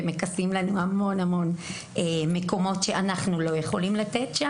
ומכסים עבורנו המון מקומות שאנחנו לא יכולים לכסות.